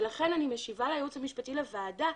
ולכן אני משיבה לייעוץ המשפטי לוועדה,